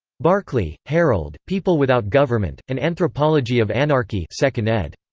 barclay, harold, people without government an anthropology of anarchy second ed,